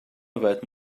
yfed